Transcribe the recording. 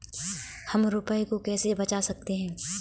हम रुपये को कैसे बचा सकते हैं?